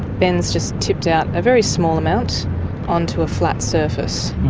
ben's just tipped out a very small amount onto a flat surface.